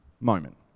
moment